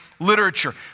literature